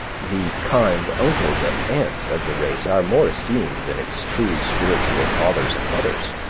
the kind uncles and aunts of the race are more esteemed than its true spiritual fathers and mothers.